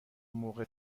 موقع